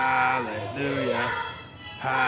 Hallelujah